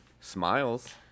smiles